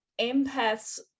empaths